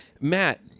Matt